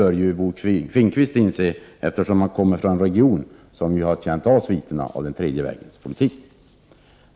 Det borde Bo Finnkvist inse, eftersom han kommer från en region som har känt av sviterna av den tredje vägens politik.